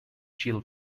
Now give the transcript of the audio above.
chill